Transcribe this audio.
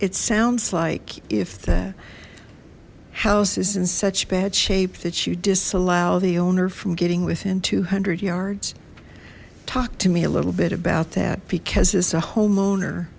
it sounds like if the house is in such bad shape that you disallow the owner from getting within two hundred yards talk to me a little bit about that because as a homeowner